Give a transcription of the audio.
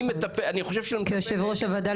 אני חושב ש- -- כיושב ראש הוועדה